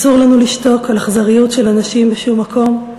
אסור לנו לשתוק על אכזריות של אנשים בשום מקום,